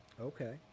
Okay